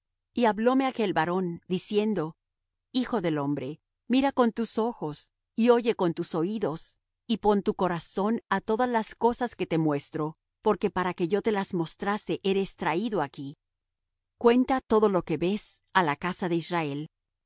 y hablóme aquel varón diciendo hijo del hombre mira con tus ojos y oye con tus oídos y pon tu corazón á todas las cosas que te muestro porque para que yo te las mostrase eres traído aquí cuenta todo lo que ves á la casa de israel